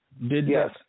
Yes